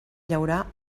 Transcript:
llaurar